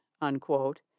unquote